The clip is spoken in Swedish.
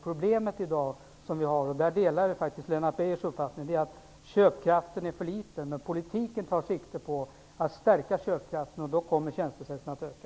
Problemet vi har i dag är att köpkraften är för liten - där delar jag faktiskt Lennart Beijers uppfattning. Men politiken tar sikte på att stärka köpkraften, och då kommer tjänstesektorn att öka.